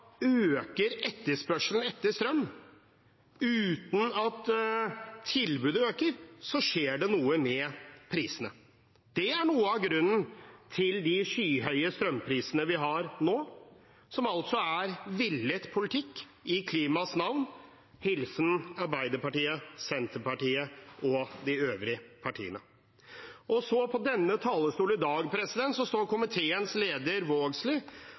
øker etterspørselen etter strøm, uten at tilbudet øker, så skjer det noe med prisene. Det er noe av grunnen til de skyhøye strømprisene vi har nå, som altså er en villet politikk i klimaets navn – hilsen Arbeiderpartiet, Senterpartiet og de øvrige partiene. På denne talerstolen i dag står også komiteens leder, representanten Vågslid,